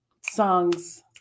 songs